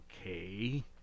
okay